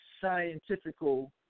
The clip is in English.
scientifical